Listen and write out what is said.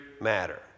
Matter